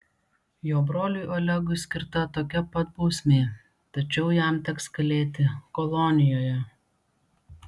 jo broliui olegui skirta tokia pat bausmė tačiau jam teks kalėti kolonijoje